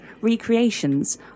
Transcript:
recreations